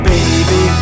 Baby